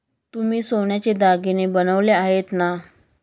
तुम्ही सोन्याचे दागिने बनवले आहेत ना?